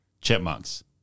Chipmunks